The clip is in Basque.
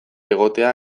egotea